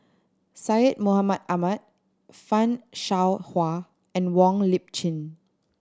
Syed Mohamed Ahmed Fan Shao Hua and Wong Lip Chin